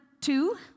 two